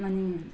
अनि